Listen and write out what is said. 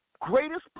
greatest